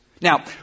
Now